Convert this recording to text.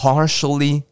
Partially